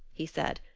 he said,